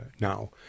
now